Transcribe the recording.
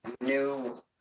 new